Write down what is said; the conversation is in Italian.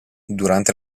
durante